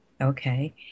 okay